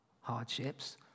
hardships